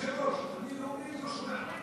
סליחה, כבוד היושב-ראש, אני לא מבין ולא שומע.